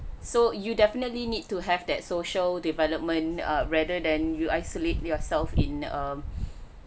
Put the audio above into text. so you definitely need to have that social development err rather than you isolate yourself in um